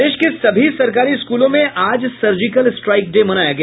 प्रदेश के सभी सरकारी स्कूलों में आज सर्जिकल स्ट्राइक डे मनाया गया